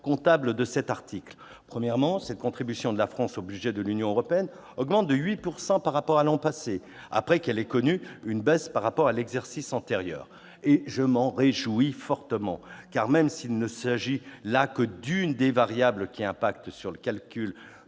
comptable de cet article. Premier constat : la contribution de la France au budget de l'Union européenne augmente de 8 % par rapport à l'an passé, après avoir connu une baisse par rapport à l'exercice antérieur. Je m'en réjouis fortement, car, même s'il ne s'agit que de l'une des variables qui impactent le calcul